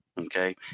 Okay